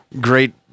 great